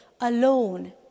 alone